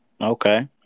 Okay